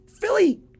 Philly